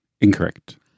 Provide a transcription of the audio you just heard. Incorrect